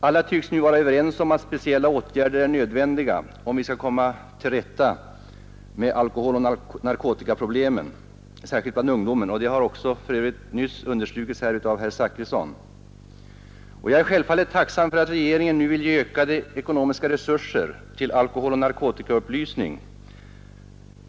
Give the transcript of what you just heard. Alla tycks nu vara överens om att speciella åtgärder är nödvändiga, om vi skall komma till rätta med alkoholoch narkotikaproblemen, särskilt bland ungdomen. Det har för övrigt nyss understrukits av herr Zachrisson. Jag är självfallet tacksam för att regeringen nu vill ge ökade ekonomiska resurser till alkoholoch narkotikaupplysning.